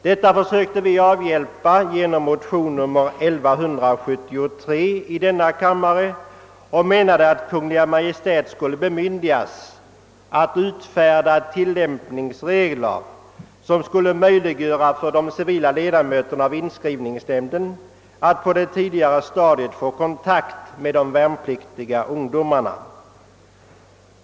Detta försökte vi avhjälpa genom motionen II: 1173, i vilken föreslås att Kungl. Maj:t skulle bemyndigas att utfärda tilllämpningsregler som skulle möjliggöra för de civila ledamöterna av inskrivningsnämnden att på ett tidigare stadium få kontakt med de värnpliktiga ungdomarna.